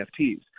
NFTs